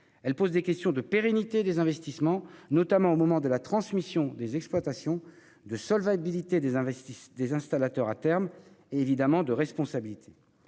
Se posent des questions de pérennité des investissements, notamment au moment de la transmission des exploitations, de solvabilité des installateurs à terme et de responsabilité.